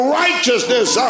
righteousness